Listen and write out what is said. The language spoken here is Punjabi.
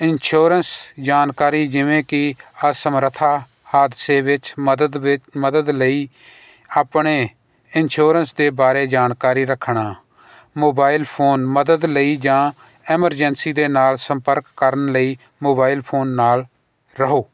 ਇਨਸ਼ੋਰੈਂਸ ਜਾਣਕਾਰੀ ਜਿਵੇਂ ਕਿ ਹਰ ਸਮਰੱਥਾ ਹਾਦਸੇ ਵਿੱਚ ਮਦਦ ਵੀ ਮਦਦ ਲਈ ਆਪਣੇ ਇਨਸ਼ੋਰੈਂਸ ਦੇ ਬਾਰੇ ਜਾਣਕਾਰੀ ਰੱਖਣਾ ਮੋਬਾਈਲ ਫੋਨ ਮਦਦ ਲਈ ਜਾਂ ਐਮਰਜੈਂਸੀ ਦੇ ਨਾਲ ਸੰਪਰਕ ਕਰਨ ਲਈ ਮੋਬਾਈਲ ਫੋਨ ਨਾਲ ਰਹੋ